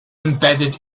embedded